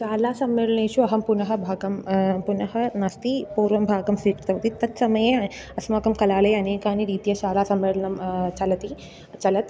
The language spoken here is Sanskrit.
शालासम्मेलनेषु अहं पुनः भागं पुनः नास्ति पूर्वं भागं स्वीकृतवती तत्समये अस्माकं कलालये अनेकानि रीत्या शालासम्मेलनं चलति चलत्